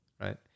right